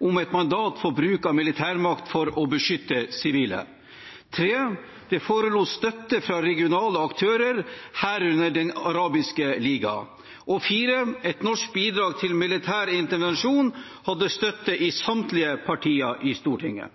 om et mandat for bruk av militærmakt for å beskytte sivile. Det forelå støtte fra regionale aktører, herunder Den arabiske liga. Et norsk bidrag til militær intervensjon hadde støtte i samtlige partier i Stortinget.